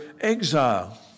exile